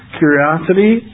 curiosity